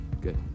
Good